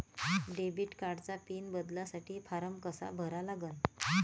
Debit कार्डचा pin बदलासाठी form कसा भरा लागन?